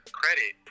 credit